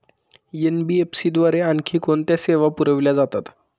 NBFC द्वारे आणखी कोणत्या सेवा पुरविल्या जातात?